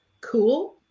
cool